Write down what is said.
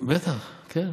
בטח, כן.